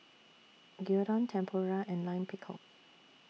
Gyudon Tempura and Lime Pickle